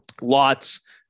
Lots